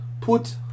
put